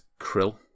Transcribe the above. Krill